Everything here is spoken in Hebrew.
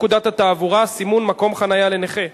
השוואת זכויות נכי המלחמה בנאצים לזכויותיהם של נכי צה"ל),